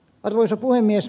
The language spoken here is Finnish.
arvoisa puhemies